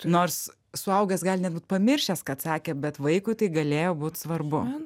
nors suaugęs gali net būt pamiršęs kad sakė bet vaikui tai galėjo būt svarbu